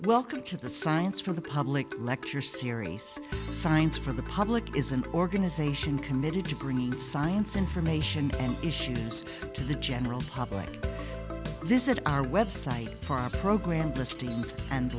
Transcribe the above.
welcome to the science for the public lecture series science from the public is an organization committed to bringing science information issues to the general public this is our website for our program steams and